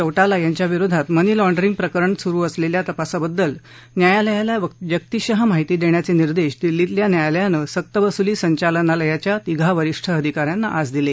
चौतिला यांच्या विरोधात मनी लॉण्ड्रिंगप्रकरणी सुरु असलेल्या तपासाबद्दल न्यायालयाला व्यक्तिशः माहिती देण्याचे निर्देश दिल्लीतल्या न्यायालयानं सक्तवसुली संचालनालयाच्या तिघा वरिष्ठ अधिकाऱ्यांना आज दिले